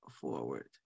forward